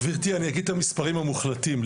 גבירתי, אני אגיד את המספרים המוחלטים.